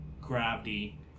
gravity